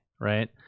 right